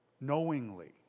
knowingly